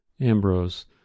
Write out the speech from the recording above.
Ambrose